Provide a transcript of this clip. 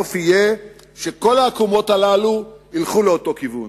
והסוף יהיה שכל העקומות הללו ילכו לאותו כיוון.